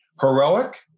heroic